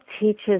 teaches